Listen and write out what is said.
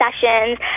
sessions